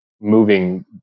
moving